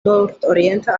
nordorienta